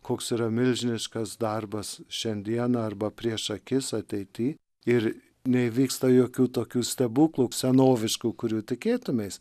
koks yra milžiniškas darbas šiandieną arba prieš akis ateity ir neįvyksta jokių tokių stebuklų senoviškų kurių tikėtumeis